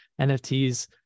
NFTs